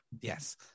Yes